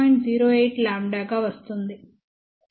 08 λ గా వస్తుంది